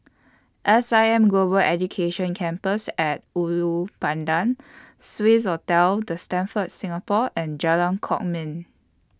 S I M Global Education Campus At Ulu Pandan Swissotel The Stamford Singapore and Jalan Kwok Min